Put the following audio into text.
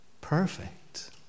perfect